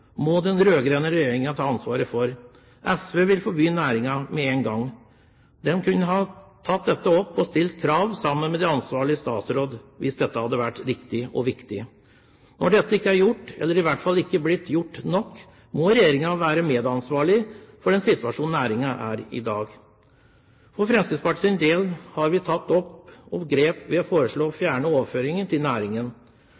må den rød-grønne regjeringen ta ansvaret for. SV vil forby næringen med én gang. De kunne tatt dette opp og stilt krav sammen med ansvarlig statsråd, hvis dette hadde vært riktig og viktig. Når dette ikke er gjort, eller i hvert fall ikke gjort godt nok, må regjeringen være medansvarlig for den situasjonen næringen er i i dag. For Fremskrittspartiets del har vi tatt grep ved å foreslå å